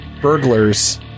burglars